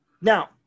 Now